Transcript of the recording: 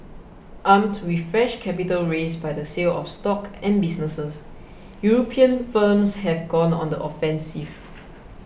armed with fresh capital raised by the sale of stock and businesses European firms have gone on the offensive